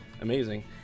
amazing